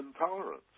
intolerance